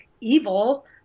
evil